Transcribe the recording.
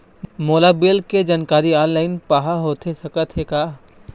मोला बिल के जानकारी ऑनलाइन पाहां होथे सकत हे का?